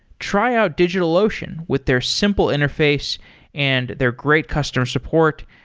try out digitalocean with their simple interface and their great customer support,